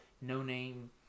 no-name